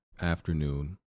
afternoon